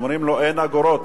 אומרים לו: אין אגורות,